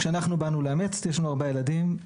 יש לנו ארבעה ילדים,